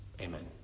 Amen